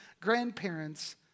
grandparents